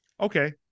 Okay